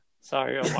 Sorry